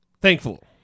Thankful